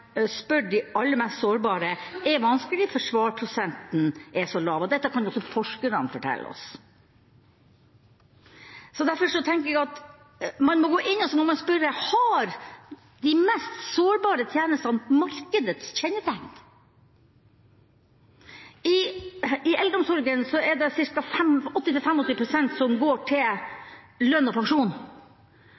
spør de aller mest sårbare, er vanskelig, for svarprosenten er så lav. Dette kan også forskerne fortelle oss. Derfor tenker jeg at man må gå inn og spørre: Har de mest sårbare tjenestene markedets kjennetegn? I eldreomsorgen er det 80–85 pst. som går til lønn og pensjon,